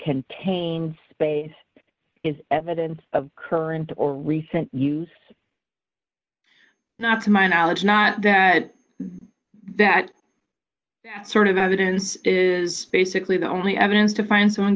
contained space is evidence of current or recent use not to my knowledge not guy that that sort of evidence is basically the only evidence to find someone